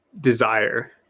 desire